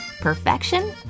Perfection